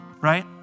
right